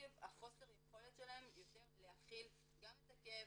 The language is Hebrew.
עקב חוסר היכולת שלהם להכיל גם את הכאב,